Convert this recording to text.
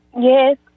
Yes